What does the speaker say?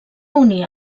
unir